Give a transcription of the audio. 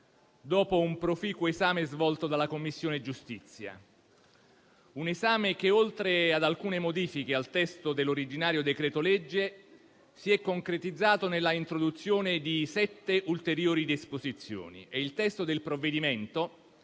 dopo un proficuo esame svolto dalla Commissione giustizia; un esame che, oltre ad alcune modifiche al testo dell'originario decreto-legge, si è concretizzato nell'introduzione di sette ulteriori disposizioni. Il testo del provvedimento,